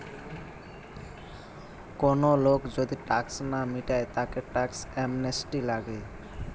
কোন লোক যদি ট্যাক্স না মিটায় তাকে ট্যাক্স অ্যামনেস্টি লাগে